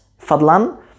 fadlan